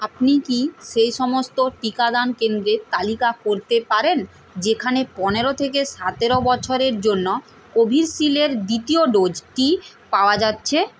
আপনি কি সেই সমস্ত টিকাদান কেন্দ্রের তালিকা করতে পারেন যেখানে পনেরো থেকে সতেরো বছরের জন্য কোভিশিল্ডের দ্বিতীয় ডোজটি পাওয়া যাচ্ছে